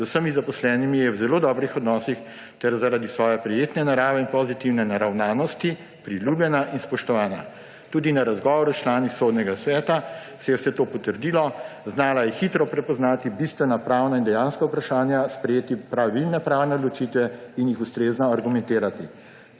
z vsemi zaposlenimi je v zelo dobrih odnosih ter zaradi svoje prijetne narave in pozitivne naravnanosti priljubljena in spoštovana. Tudi na razgovoru s člani Sodnega sveta se je vse to potrdilo, znala je hitro prepoznati bistvena pravna in dejanska vprašanja, sprejeti pravilne pravne odločitve in jih ustrezno argumentirati.